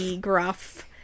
gruff